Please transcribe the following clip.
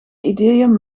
ideeën